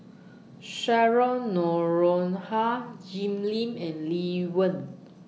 Cheryl Noronha Jim Lim and Lee Wen